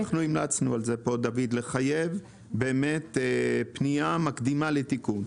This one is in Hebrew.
אנחנו המלצנו פה לחייב פנייה מקדימה לתיקון.